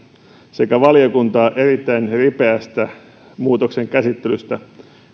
sekä valiokuntaa erittäin ripeästä muutoksen käsittelystä